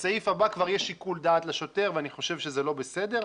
בסעיף הבא כבר יש שיקול דעת לשוטר ואני חושב שזה לא בסדר.